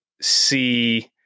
see